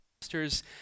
pastors